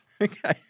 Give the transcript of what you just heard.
Okay